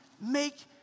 make